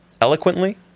eloquently